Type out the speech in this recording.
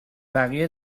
بقیه